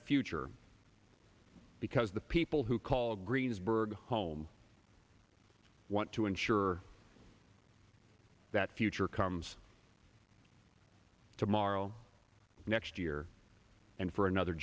a future because the people who call greensburg home want to ensure that future comes tomorrow next year and for another